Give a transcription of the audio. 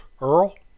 Earl